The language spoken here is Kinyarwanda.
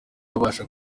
ubasha